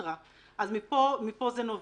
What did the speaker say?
עתר - מפה זה נובע.